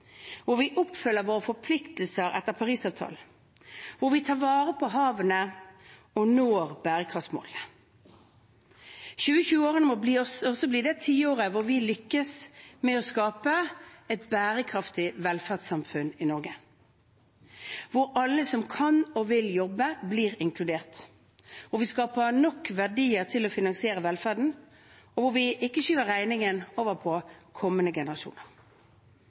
hvor vi oppfyller våre forpliktelser etter Parisavtalen, hvor vi tar vare på havene og når bærekraftsmålene. 2020-årene må også bli det tiåret hvor vi lykkes med å skape et bærekraftig velferdssamfunn i Norge, hvor alle som kan og vil jobbe, blir inkludert, hvor vi skaper nok verdier til å finansiere velferden, og hvor vi ikke skyver regningen over på kommende generasjoner.